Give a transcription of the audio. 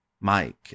Mike